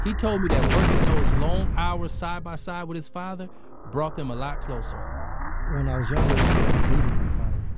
he told me that working those long hours, side by side with his father brought them a lot closer when i was younger, i hated my father